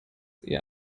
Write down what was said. eher